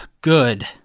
Good